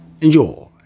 Enjoy